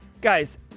guys